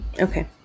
Okay